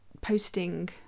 posting